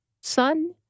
son